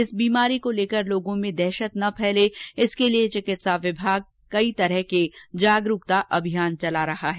इस बीमारी को लेकर लोगों में दहशत नहीं फैले इसके लिए चिकित्सा विभाग विभिन्न प्रकार के जागरूकता अभियान चला रहा है